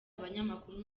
abanyamakuru